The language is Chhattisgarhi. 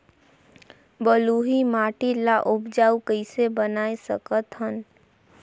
बलुही माटी ल उपजाऊ कइसे बनाय सकत हन?